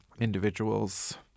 individuals